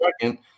second